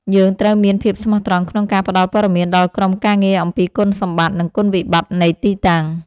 យើងត្រូវមានភាពស្មោះត្រង់ក្នុងការផ្ដល់ព័ត៌មានដល់ក្រុមការងារអំពីគុណសម្បត្តិ និងគុណវិបត្តិនៃទីតាំង។